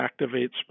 activates